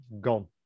gone